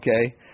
Okay